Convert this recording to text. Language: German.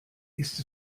ist